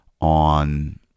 on